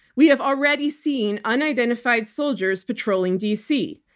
we have already seen unidentified soldiers patrolling d. c.